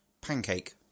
Pancake